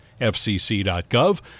FCC.gov